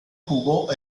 jugó